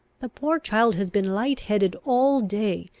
the poor child has been light-headed all day.